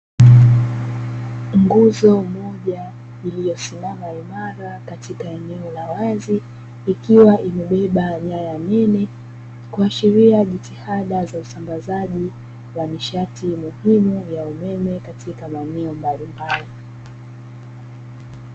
Nguzo moja iliyosimama imara katika eneo la wazi, ikiwa imebeba nyaya nene, kuashiria jitihada za usambazaji wa nishati muhimu ya umeme katika maeneo mbalimbali.